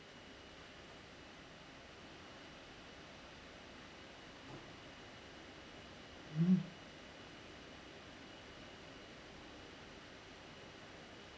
mm